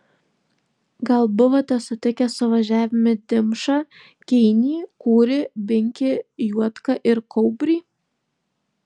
gal buvote sutikę suvažiavime dimšą keinį kūrį binkį juodką ir kaubrį